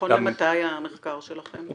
נכון למתי המחקר שלכם?